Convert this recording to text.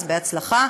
אז בהצלחה,